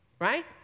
right